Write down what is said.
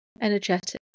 energetic